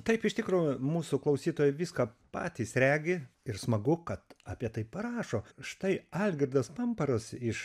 taip iš tikro mūsų klausytojai viską patys regi ir smagu kad apie tai parašo štai algirdas pamparas iš